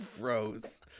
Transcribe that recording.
gross